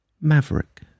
Maverick